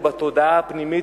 קיר הברזל הוא בתודעה הפנימית,